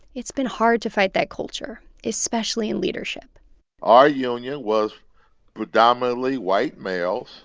it's been hard to fight that culture, especially in leadership our union was predominantly white male.